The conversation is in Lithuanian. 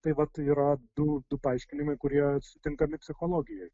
tai vat yra du du paaiškinimai kurie sutinkami psichologijoj